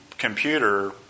computer